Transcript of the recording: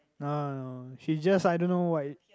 no she just I don't know why